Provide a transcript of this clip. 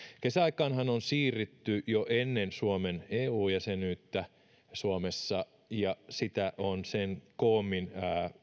kesäaikaanhan on siirrytty suomessa jo ennen suomen eu jäsenyyttä ja sitä on sen koommin